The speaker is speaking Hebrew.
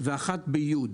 ואחת בכיתות י'.